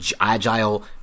agile